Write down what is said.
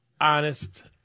honest